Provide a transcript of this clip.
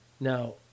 Now